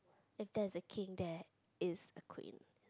if there's a king there is a queen